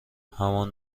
همان